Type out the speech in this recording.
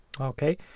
Okay